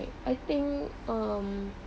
I think um